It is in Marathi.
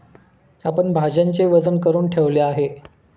आपण भाज्यांचे वजन करुन ठेवले आहे